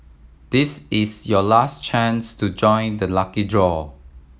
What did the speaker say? this is your last chance to join the lucky draw